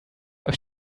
euch